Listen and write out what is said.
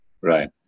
Right